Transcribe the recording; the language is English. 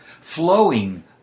flowing